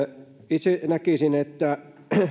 itse näkisin että